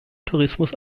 tourismus